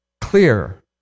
clear